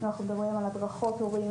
אנחנו מדברים על הדרכות הורים,